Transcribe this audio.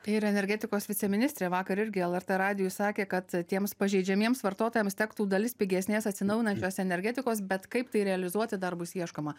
ir energetikos viceministrė vakar irgi lrt radijui sakė kad tiems pažeidžiamiems vartotojams tektų dalis pigesnės atsinaujinančios energetikos bet kaip tai realizuoti dar bus ieškoma